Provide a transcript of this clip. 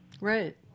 Right